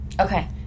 okay